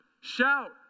Shout